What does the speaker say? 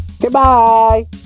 Goodbye